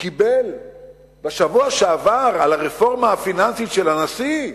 קיבל בשבוע שעבר, על הרפורמה הפיננסית של הנשיא.